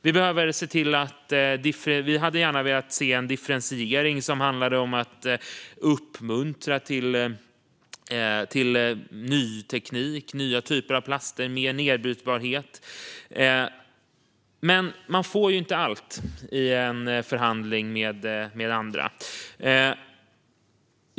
Vi hade gärna sett en differentiering som handlar om att uppmuntra till ny teknik, nya typer av plaster och mer nedbrytbarhet. Men man får inte allt i en förhandling med andra.